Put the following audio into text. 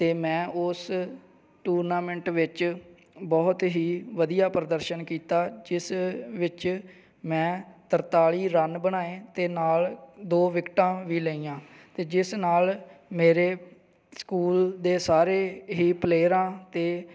ਅਤੇ ਮੈਂ ਉਸ ਟੂਰਨਾਮੈਂਟ ਵਿੱਚ ਬਹੁਤ ਹੀ ਵਧੀਆ ਪ੍ਰਦਰਸ਼ਨ ਕੀਤਾ ਜਿਸ ਵਿੱਚ ਮੈਂ ਤਰਤਾਲੀ ਰਨ ਬਣਾਏ ਅਤੇ ਨਾਲ ਦੋ ਵਿਕਟਾਂ ਵੀ ਲਈਆਂ ਅਤੇ ਜਿਸ ਨਾਲ ਮੇਰੇ ਸਕੂਲ ਦੇ ਸਾਰੇ ਹੀ ਪਲੇਅਰਾਂ ਅਤੇ